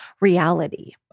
reality